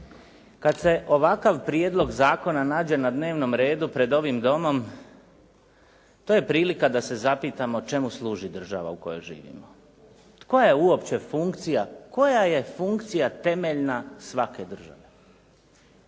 Kad se ovakav prijedlog zakona nađe na dnevnom redu pred ovim Domom to je prilika da se zapitamo čemu služi država u kojoj živimo. Koja je uopće funkcija, koja je funkcija temeljna svake države?